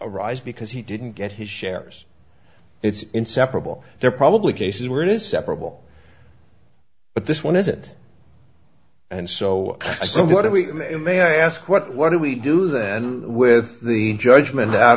arise because he didn't get his shares it's inseparable they're probably cases where it is separable but this one isn't and so so what do we may i ask what what do we do then with the judgment out